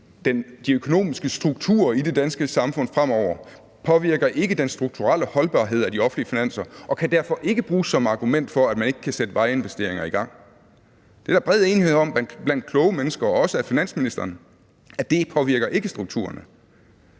de økonomiske strukturer i det danske samfund fremover, påvirker ikke den strukturelle holdbarhed af de offentlige finanser. Og derfor kan det ikke bruges som argument for, at man ikke kan sætte vejinvesteringer i gang. Det er der bred enighed om blandt kloge mennesker og også fra finansministerens side: at det ikke påvirker strukturerne.